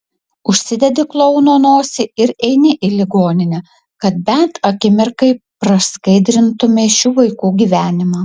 užsidedi klouno nosį ir eini į ligoninę kad bent akimirkai praskaidrintumei šių vaikų gyvenimą